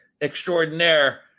extraordinaire